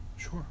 Sure